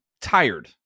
tired